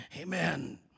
Amen